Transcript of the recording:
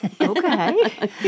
Okay